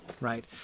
right